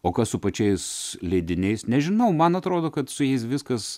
o kas su pačiais leidiniais nežinau man atrodo kad su jais viskas